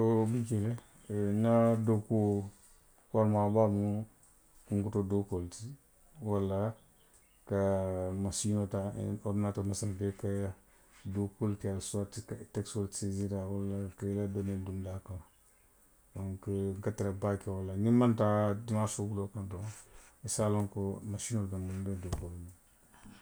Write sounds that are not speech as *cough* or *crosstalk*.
*unintelligible* nna dookuo worimaa baa mu kunkuto dookuo le ti, walla ka masiinoo taa, oridinatooroo masiinoo taa ka dookuolu ke suwati, ka tekisoolu seesiiri ka nna doneelu dundi a kono, donku nka tara baake wo le la. Niŋ nmaŋ taa dimaasoo wuloo kono doroŋ i se a loŋ ko masiinoo le be nbulu nbe dookuo la.